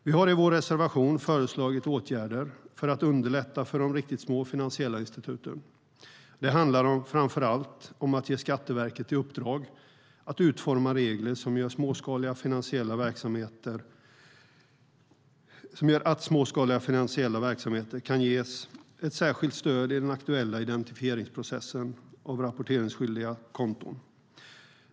Vi har i vår reservation föreslagit åtgärder för att underlätta för de riktigt små finansiella instituten. Det handlar framför allt om att ge Skatteverket i uppdrag att utforma regler som gör att småskaliga finansiella verksamheter kan ges ett särskilt stöd i den aktuella identifieringsprocessen för rapporteringsskyldiga konton.